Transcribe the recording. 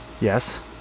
Yes